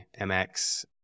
MX